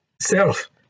self